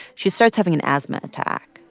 she starts having an asthma attack.